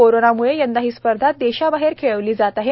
कोरोनाम्ळे यंदा ही स्पर्धा देशाबाहेर खेळली जात आहे